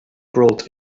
growth